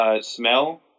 smell